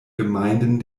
gemeinden